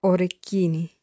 Orecchini